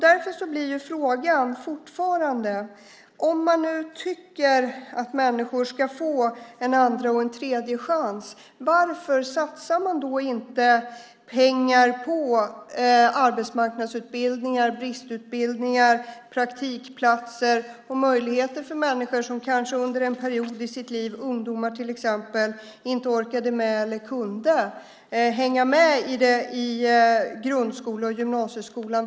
Därför blir frågan fortfarande: Om man nu tycker att människor ska få en andra och en tredje chans, varför satsar man då inte pengar på arbetsmarknadsutbildningar, bristutbildningar, praktikplatser och möjligheter för människor som kanske under en period i sitt liv - ungdomar till exempel - inte orkade eller kunde hänga med i grundskola och gymnasieskola?